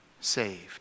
saved